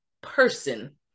person